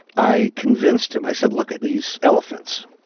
i convinced him, i said, look at these elephants.